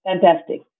fantastic